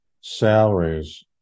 salaries